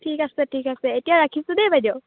ঠিক আছে ঠিক আছে এতিয়া ৰাখিছোঁ দেই বাইদেউ